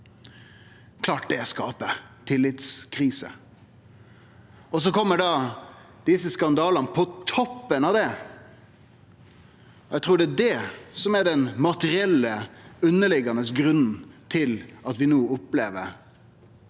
klart det skaper ei tillitskrise. Så kjem skandalane på toppen av det. Eg trur det er det som er den materielle, underliggjande grunnen til at vi no opplever eit